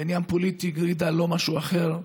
עניין פוליטי גרידא, לא משהו אחר.